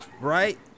right